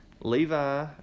Levi